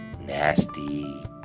nasty